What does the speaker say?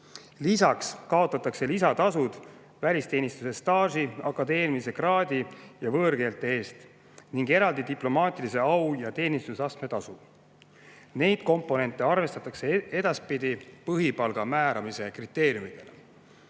Lisaks kaotatakse lisatasud välisteenistuse staaži, akadeemilise kraadi ja võõrkeelte eest ning eraldi diplomaatilise au‑ ja teenistusastme tasu. Neid komponente arvestatakse edaspidi põhipalga määramise kriteeriumides.